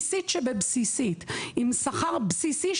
עם שכר בסיסי,